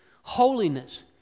holiness